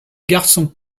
garçon